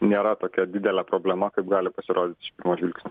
nėra tokia didelė problema kaip gali pasirodyt iš pirmo žvilgsnio